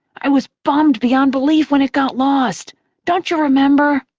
i was bummed beyond belief when it got lost don't you remember?